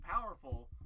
powerful